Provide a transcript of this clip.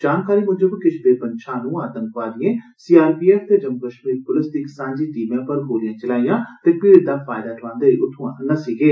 जानकारी मुजब किश बेपन्छानू आतंकवादिए सीआरपीएफ ते जम्मू कश्मीर पुलस दी इक सांझी टीमै पर गोलिया चलाईए ते भीड़ दा फैयदा ठोआंदे होई उत्थुआ नस्सी गे